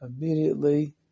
immediately